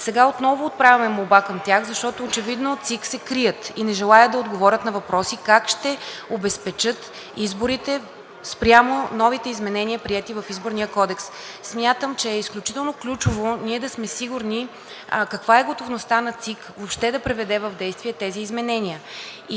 Сега отново отправяме молба към тях, защото очевидно от ЦИК се крият и не желаят да отговорят на въпроси, как ще обезпечат изборите спрямо новите изменения, приети в Изборния кодекс. Смятам, че е изключително ключово ние да сме сигурни каква е готовността на ЦИК въобще да приведе в действие тези изменения.